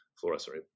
fluorescent